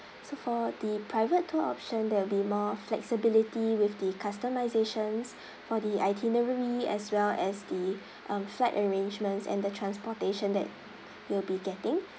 so for the private tour option that will be more flexibility with the customisations for the itinerary as well as the um flight arrangements and the transportation that you'll be getting